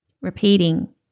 repeating